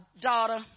daughter